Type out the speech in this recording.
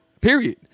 Period